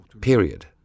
Period